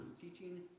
teaching